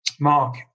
Mark